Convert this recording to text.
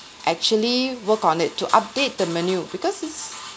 actually work on it to update the menu because this